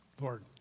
Lord